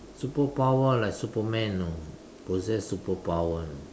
superpower like Superman you know possess superpower you know